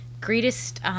greatest